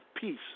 peace